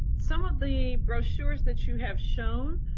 some of the brochures that you have shown,